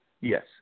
Yes